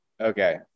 okay